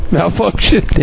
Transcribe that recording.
Malfunction